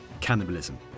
cannibalism